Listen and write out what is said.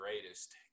greatest